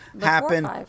happen